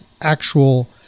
actual